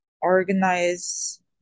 organize